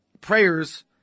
prayers